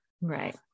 Right